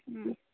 हुँ